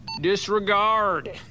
Disregard